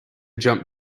jump